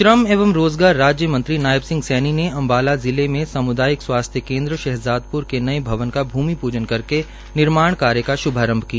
श्रम एवं रोजगार राज्य मंत्री नायब सिंह सैनी ने अम्बाला जिले सामुदायिक स्वास्थय केन्द्र शहजाद्पर के नये भवन का भूमि पूजन कर निर्माण कार्य का शुभारम्भ किया